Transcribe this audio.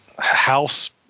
house